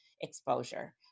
exposure